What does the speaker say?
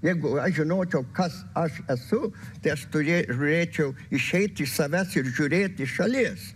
jeigu aš žinočiau kas aš esu tai aš turė žiūrėčiau išeit iš savęs ir žiūrėt iš šalies